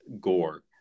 gore